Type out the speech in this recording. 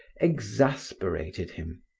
exasperated him.